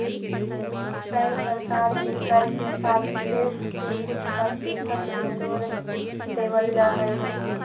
कए प्रकार के कर के साथ सेस के कुछ परतिसत भी जोड़ देवल जा हई